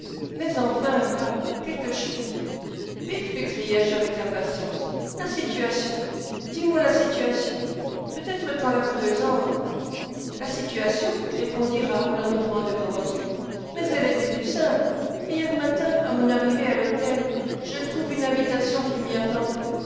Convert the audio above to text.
mais enfin là quelque chose vite m'écriai-je avec impatience la situation dis-moi la situation peut-être qu'en la creusant la situation répondit raoul en ouvrant de grands yeux mais elle est des plus simples hier matin à mon arrivée à l'hôtel je trouve une invitation qui m'y attendait